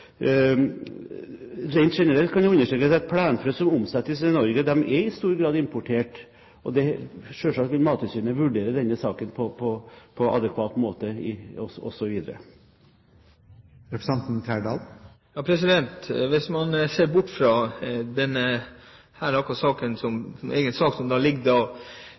Rent generelt kan jeg understreke at plenfrø som omsettes i Norge, i stor grad er importert. Selvsagt vil Mattilsynet vurdere denne saken på adekvat måte også videre. Hvis man ser bort fra akkurat denne saken som er til ankebehandling, mener statsråden at det er riktig at man skal rette seg etter det som